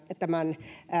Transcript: tämän